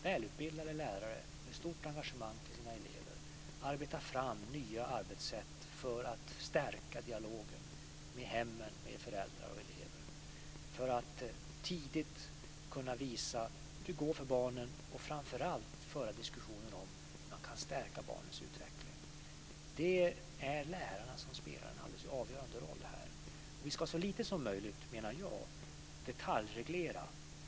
Välutbildade lärare med stort engagemang för sina elever utvecklar nya arbetssätt för att stärka dialogen med hemmen, med föräldrar och elever. Man vill tidigt kunna visa hur det går för barnen och framför allt kunna föra diskussioner om hur man kan stärka barnens utveckling. Lärarna spelar en alldeles avgörande roll. Vi skall så lite som möjligt detaljreglera.